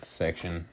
section